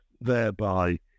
thereby